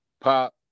Pop